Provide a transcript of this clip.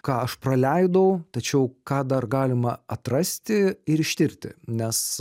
ką aš praleidau tačiau ką dar galima atrasti ir ištirti nes